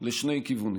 לשני כיוונים: